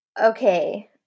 Okay